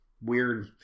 weird